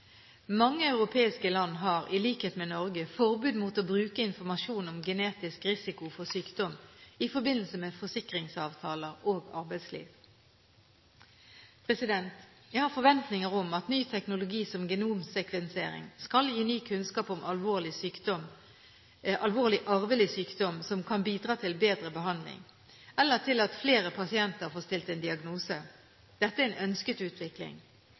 Mange europeiske land har, i likhet med Norge, forbud mot å bruke informasjon om genetisk risiko for sykdom i forbindelse med forsikringsavtaler og arbeidsliv. Jeg har forventninger om at ny teknologi, som genomsekvensering, skal gi ny kunnskap om alvorlig, arvelig sykdom som kan bidra til bedre behandling eller til at flere pasienter får stilt en diagnose. Dette er en ønsket utvikling.